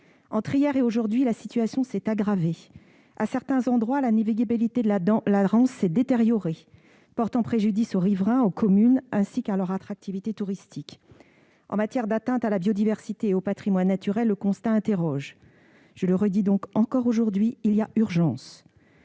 Depuis lors, la situation s'est aggravée : à certains endroits, la navigabilité de la Rance s'est détériorée, ce qui porte préjudice aux riverains et aux communes, ainsi qu'à leur attractivité touristique. En matière d'atteintes à la biodiversité et au patrimoine naturel, le constat suscite des interrogations. Je le redis donc aujourd'hui : il y a urgence